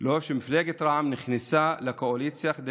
לו שמפלגת רע"מ נכנסה לקואליציה כדי